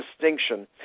distinction